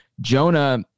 Jonah